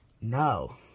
No